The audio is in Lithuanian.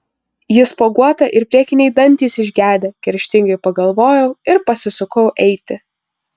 ji spuoguota ir priekiniai dantys išgedę kerštingai pagalvojau ir pasisukau eiti